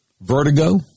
vertigo